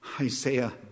Isaiah